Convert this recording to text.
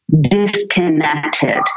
disconnected